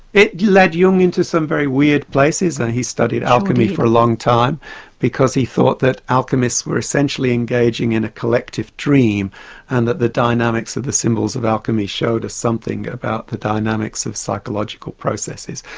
it led jung into some very weird places and he studied alchemy for a long time because he thought that alchemists were essentially engaging engaging in a collective dream and that the dynamics of the symbols of alchemy showed us something about the dynamics of psychological processes.